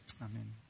Amen